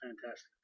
Fantastic